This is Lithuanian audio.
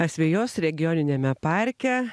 asvejos regioniniame parke